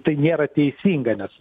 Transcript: tai nėra teisinga nes